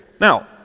Now